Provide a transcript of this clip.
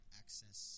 access